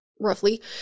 roughly